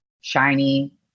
shiny